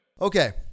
Okay